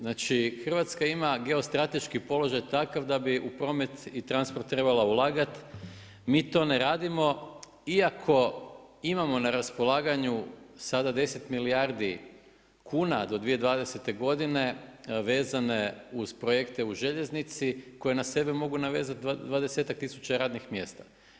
Znači Hrvatska ima geostrateški položaj takav da bi u promet i transport trebala ulagati, mi to ne radimo iako imamo na raspolaganju sada 10 milijardi kuna do 2020. godine vezane uz projekte u željeznici koje na sebe mogu navezati 20-ak tisuća radnih mjesta.